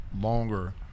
longer